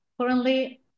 currently